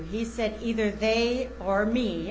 he said either they or me